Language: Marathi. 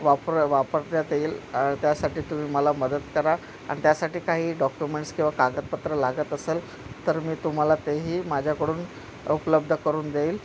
वापर वापरण्यात येईल त्यासाठी तुम्ही मला मदत करा आणि त्यासाठी काही डॉक्युमेंट्स किंवा कागदपत्र लागत असेल तर मी तुम्हाला तेही माझ्याकडून उपलब्ध करून देईल